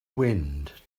wind